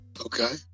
Okay